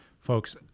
folks